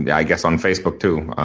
and i guess on facebook too,